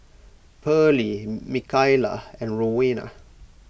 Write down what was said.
Pearly Mikaila and Rowena